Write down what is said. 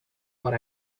what